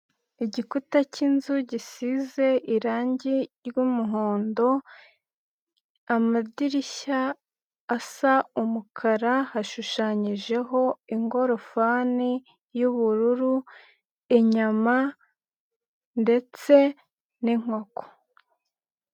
Igikuta cy'yinzu gisize irangi ry'umuhondo, amadirishya asa umukara, hashushanyijeho ingorofani y'ubururu, inyama ndetse n'inkoko.